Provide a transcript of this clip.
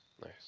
Nice